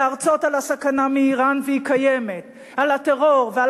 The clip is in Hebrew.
להרצות על הסכנה מאירן, והיא קיימת, על הטרור, ועל